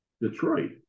Detroit